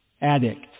addict